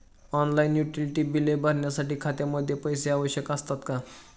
Online utility बिले भरण्यासाठी खात्यामध्ये पैसे आवश्यक असतात का?